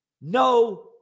no